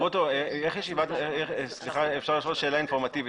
שאלה אינפורמטיבית.